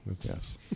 Yes